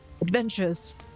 adventures